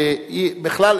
בכלל,